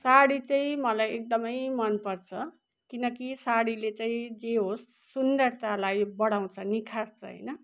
साडी चाहिँ मलाई एकदमै मन पर्छ किनकि साडीले चाहिँ जे होस् सुन्दरतालाई बढाउँछ निखार्छ होइन